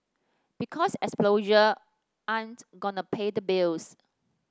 because 'exposure' ain't gonna pay the bills